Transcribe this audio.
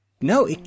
no